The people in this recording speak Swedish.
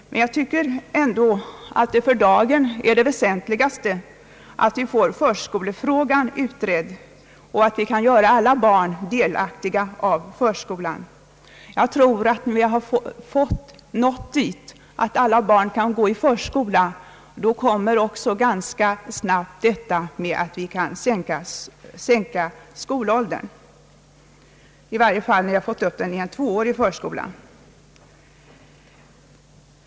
Men jag tycker att det för dagen väsentliga är att vi får förskolefrågan utredd och att vi kan göra alla barn delaktiga av förskolan. När vi har nått så långt att alla barn kan gå i förskola tror jag att vi ganska snabbt kan sänka skolåldern, i varje fall när vi har fått till stånd en tvåårig förskola.